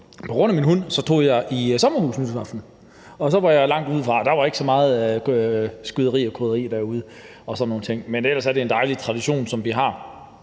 på grund af min hund tog i sommerhus nytårsaften, og så var jeg derude, og der var ikke så meget skyderi og krydderi og sådan nogle ting. Men ellers er det en dejlig tradition, som vi har,